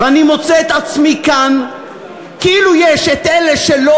ואני מוצא את עצמי כאן כאילו יש אלה שלא